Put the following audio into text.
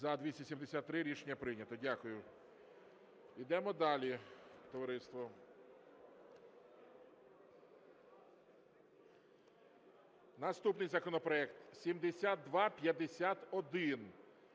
За-273 Рішення прийнято. Дякую. Йдемо далі, товариство. Наступний законопроект 7251,